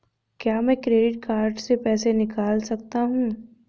क्या मैं credit card से पैसे निकाल सकता हूँ?